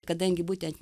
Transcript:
kadangi būtent